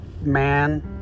man